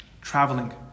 traveling